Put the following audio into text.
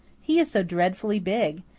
he is so dreadfully big!